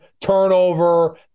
turnover